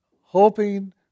hoping